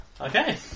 Okay